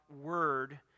Word